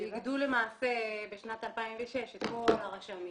הם למעשה איגדו בשנת 2006 את כל הרשמים